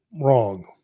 wrong